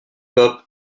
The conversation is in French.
pop